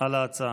על ההצעה.